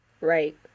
right